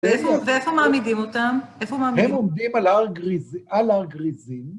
ואיפה, איפה מעמידים אותם? איפה מעמידים? הם עומדים על הר גריז... על הר גריזים.